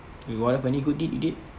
rewarded any good deed you did